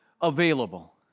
available